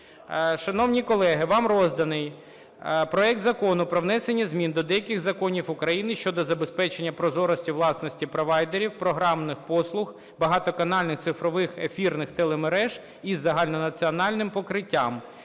Шановні колеги, вам розданий проект Закону про внесення змін до деяких законів України щодо забезпечення прозорості власності провайдерів програмних послуг багатоканальних цифрових ефірних телемереж із загальнонаціональним покриттям